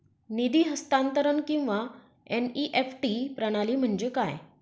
निधी हस्तांतरण किंवा एन.ई.एफ.टी प्रणाली म्हणजे काय?